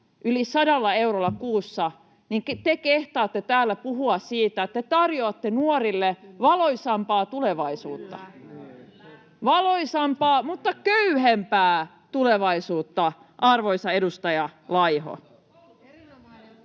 yli 100 eurolla kuussa, niin te kehtaatte täällä puhua siitä, että te tarjoatte nuorille valoisampaa tulevaisuutta. Valoisampaa mutta köyhempää tulevaisuutta, arvoisa edustaja Laiho.